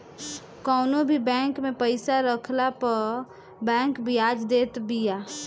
कवनो भी बैंक में पईसा रखला पअ बैंक बियाज देत बिया